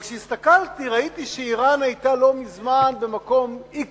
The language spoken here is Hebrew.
אבל כשהסתכלתי ראיתי שאירן היתה לא מזמן במקום x